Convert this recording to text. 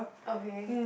okay